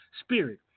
spirit